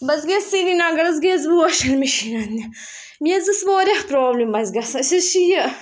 بہٕ حظ گٔیَس سرینگر حظ گٔیَس بہٕ واشنٛگ مِشیٖن اَننہِ مےٚ حظ ٲس واریاہ پرٛابلِم اَسہِ گژھان أسۍ حظ چھِ یہِ